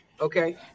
okay